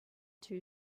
two